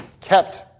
kept